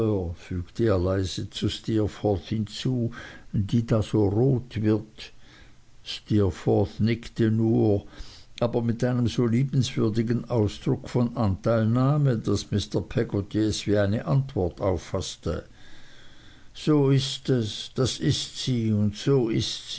die da so rot wird steerforth nickte nur aber mit einem so liebenswürdigen ausdruck von anteilnahme daß mr peggotty es wie eine antwort auffaßte so ist es das ist sie und so ist